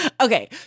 Okay